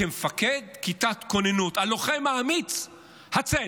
כמפקד כיתת כוננות, הלוחם האמיץ "הצל".